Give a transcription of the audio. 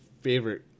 favorite